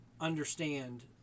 understand